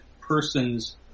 persons